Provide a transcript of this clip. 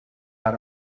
how